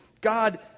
God